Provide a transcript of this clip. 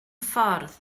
ffordd